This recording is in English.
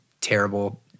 terrible